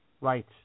Right